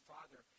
Father